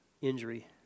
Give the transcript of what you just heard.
injury